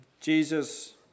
Jesus